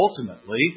ultimately